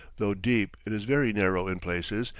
though deep, it is very narrow in places,